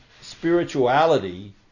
spirituality